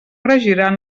regiran